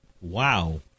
Wow